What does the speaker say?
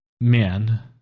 men